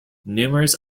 numerous